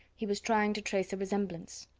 he was trying to trace a resemblance.